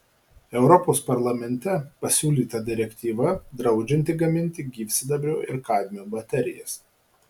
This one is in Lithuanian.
europos parlamente pasiūlyta direktyva draudžianti gaminti gyvsidabrio ir kadmio baterijas